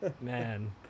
man